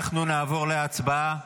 אנחנו נעבור להצבעה.